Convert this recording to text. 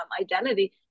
identity